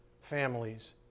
families